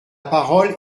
parole